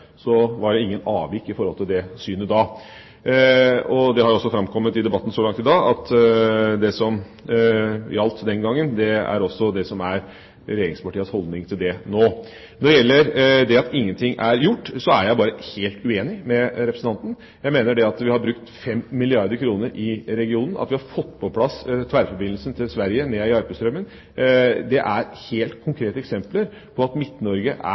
var det ingen avvik i forhold til det synet da. Det har også framkommet i debatten så langt i dag at det som gjaldt den gangen, også er det som er regjeringspartienes holdning til det nå. Når det gjelder det at ingenting er gjort, er jeg bare helt uenig med representanten. Jeg mener at det at vi har brukt 5 milliarder kr i regionen, at vi har fått på plass tverrforbindelsen til Sverige, Nea–Järpströmmen, er helt konkrete eksempler på at Midt-Norge er